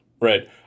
right